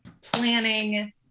planning